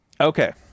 okay